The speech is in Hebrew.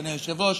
אדוני היושב-ראש,